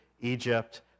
Egypt